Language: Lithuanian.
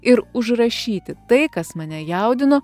ir užrašyti tai kas mane jaudino